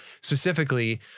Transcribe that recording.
specifically